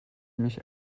mich